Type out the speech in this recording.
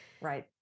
right